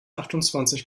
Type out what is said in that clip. achtundzwanzig